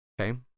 Okay